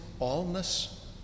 allness